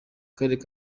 karere